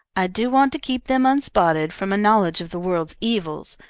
i do want to keep them unspotted from a knowledge of the world's evils,